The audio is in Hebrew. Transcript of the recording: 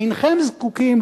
אינכם זקוקים,